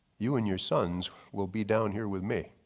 you and your sons will be down here with me.